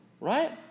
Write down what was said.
right